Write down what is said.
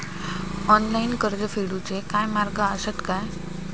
Online कर्ज फेडूचे काय मार्ग आसत काय?